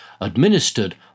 administered